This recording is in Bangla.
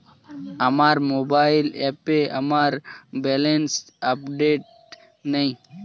আমার মোবাইল অ্যাপে আমার ব্যালেন্স আপডেটেড নেই